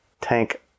tank